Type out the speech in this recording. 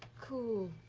cool.